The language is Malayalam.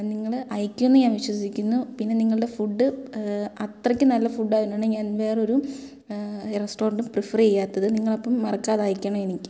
നിങ്ങൾ അയക്കുമെന്ന് ഞാൻ വിശ്വസിക്കുന്നു പിന്നെ നിങ്ങളുടെ ഫുഡ് അത്രയ്ക്ക് നല്ല ഫുഡായതു കൊണ്ടാണ് ഞാൻ വേറൊരു റെസ്റ്റോറൻറ്റ് പ്രിഫർ ചെയ്യാത്തത് നിങ്ങളപ്പം മറക്കാതെ അയയ്ക്കണം എനിക്ക്